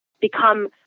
become